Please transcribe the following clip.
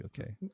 okay